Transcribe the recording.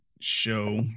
show